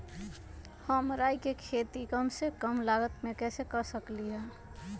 हम राई के खेती कम से कम लागत में कैसे कर सकली ह?